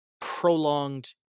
prolonged